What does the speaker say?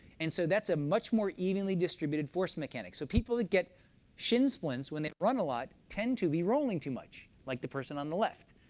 and so that's a much more evenly distributed force mechanic, so people that get shin splints when they run a lot, tend to be rolling too much like the person on the left.